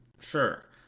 Sure